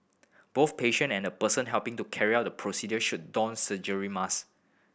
both patient and the person helping to carry out the procedure should don surgery marks